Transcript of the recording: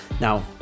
Now